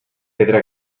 pedra